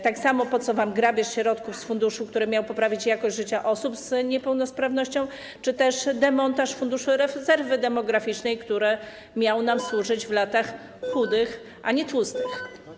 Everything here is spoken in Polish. Tak samo po co wam grabież środków z funduszów, które miały poprawić jakość życia osób z niepełnosprawnością, czy też demontaż Funduszu Rezerwy Demograficznej, który miał nam służyć w latach chudych, a nie tłustych?